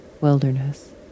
Wilderness